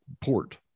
port